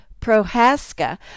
Prohaska